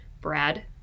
Brad